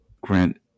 Grant